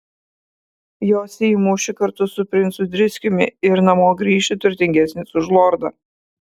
josi į mūšį kartu su princu driskiumi ir namo grįši turtingesnis už lordą